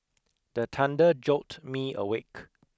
the thunder jolt me awake